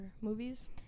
movies